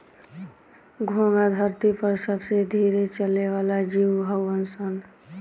घोंघा धरती पर सबसे धीरे चले वाला जीव हऊन सन